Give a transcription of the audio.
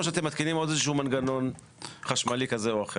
או שאתם מתקינים עוד איזשהו מנגנון חשמלי כזה או אחר.